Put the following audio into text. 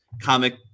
comic